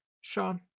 Sean